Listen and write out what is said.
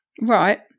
Right